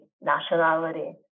nationality